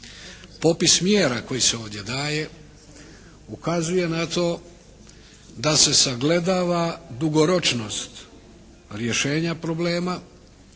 Popis mjera koji se ovdje daje ukazuje na to da se sagledava dugoročnost rješenja problema,